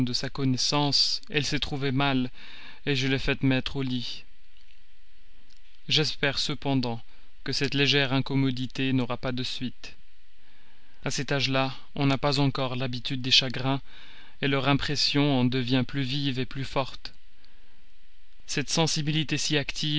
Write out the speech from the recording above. sa connaissance elle s'est trouvée mal je l'ai fait mettre au lit j'espère cependant que cette légère incommodité n'aura aucune suite a cet âge-là on n'a pas encore l'habitude des chagrins leur impression en devient plus vive plus forte cette sensibilité si active